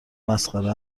مسخره